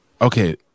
Okay